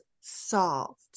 solved